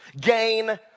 Gain